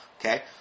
Okay